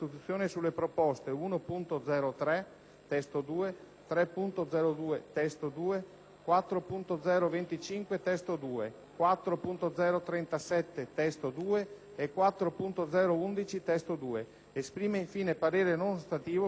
(testo 2), 3.0.2 (testo 2), 4.0.25 (testo 2), 4.0.37 (testo 2) e 4.0.11 (testo 2). Esprime, infine, parere non ostativo sui restanti emendamenti».